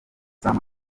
sam